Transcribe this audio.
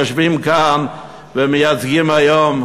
יושבים כאן ומייצגים היום